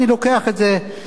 אני לוקח את זה מכם.